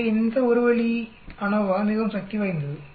எனவே இந்த ஒரு வழி அநோவா மிகவும் சக்தி வாய்ந்தது